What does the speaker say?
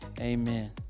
amen